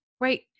right